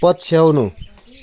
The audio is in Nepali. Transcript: पछ्याउनु